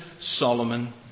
Solomon